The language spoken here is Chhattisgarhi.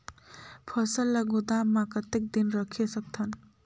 फसल ला गोदाम मां कतेक दिन रखे सकथन?